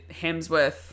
Hemsworth